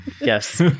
Yes